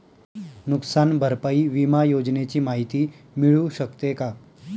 नुकसान भरपाई विमा योजनेची माहिती मिळू शकते का?